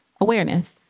awareness